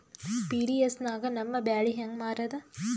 PDS ನಾಗ ನಮ್ಮ ಬ್ಯಾಳಿ ಹೆಂಗ ಮಾರದ?